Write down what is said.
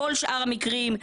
בכל שאר המקרים,